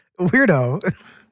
Weirdo